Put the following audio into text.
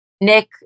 Nick